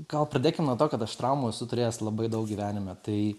gal pradėkim nuo to kad aš traumų esu turėjęs labai daug gyvenime tai